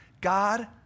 God